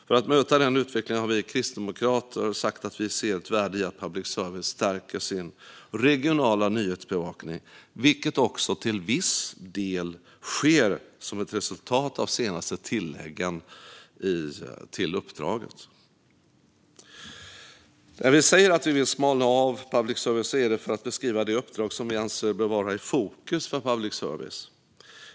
För att möta den utvecklingen har vi kristdemokrater sagt att vi ser ett värde i att public service stärker sin regionala nyhetsbevakning, vilket också till viss del sker som ett resultat av de senaste tilläggen till uppdraget. När vi säger att vi vill smalna av public service är det för att beskriva det uppdrag som vi anser bör vara i fokus för public service.